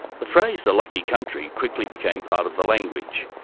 the phrase the lucky country quickly became part of the language,